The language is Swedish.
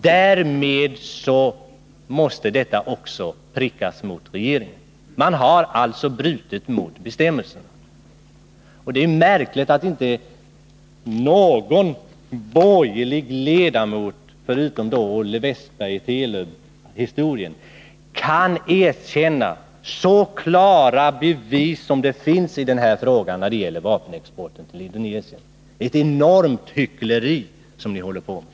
Därför måste regeringen prickas. Den har nämligen brutit mot bestämmelserna. Det är märkligt att inte någon borgerlig ledamot kan följa Olle Wästbergs i Stockholm exempel i Telub-affären och erkänna de klara bevis som finns när det gäller vapenexporten till Indonesien. Det är ett enormt hyckleri som ni gör er skyldiga till.